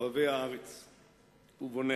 אוהבי הארץ ובוניה.